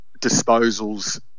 disposals